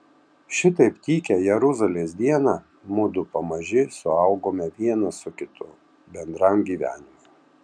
šitaip tykią jeruzalės dieną mudu pamaži suaugome vienas su kitu bendram gyvenimui